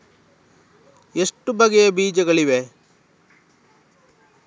ಎಷ್ಟು ಬಗೆಯ ಬೀಜಗಳಿವೆ?